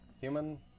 Human